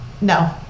no